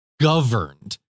governed